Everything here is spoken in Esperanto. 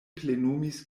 plenumis